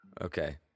Okay